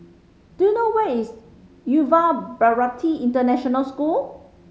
do you know where is Yuva Bharati International School